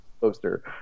poster